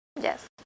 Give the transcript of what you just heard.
Yes